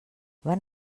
van